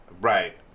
Right